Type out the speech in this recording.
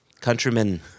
countrymen